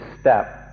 step